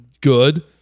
good